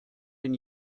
den